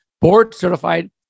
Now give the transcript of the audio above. board-certified